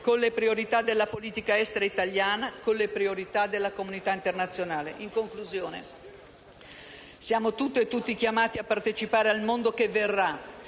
con le priorità della politica estera italiana e della comunità internazionale. In conclusione, siamo tutti e tutte chiamati a partecipare al mondo che verrà